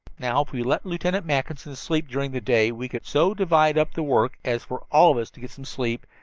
now if we let lieutenant mackinson sleep during the day we could so divide up the work as for all of us to get some sleep,